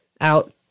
out